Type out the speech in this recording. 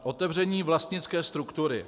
Otevření vlastnické struktury.